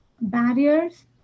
barriers